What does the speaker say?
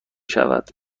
شود